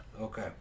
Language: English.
Okay